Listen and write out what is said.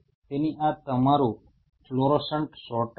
તેથી આ તમારું ફ્લોરોસન્ટ સોર્ટર છે